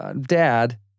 Dad